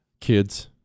Kids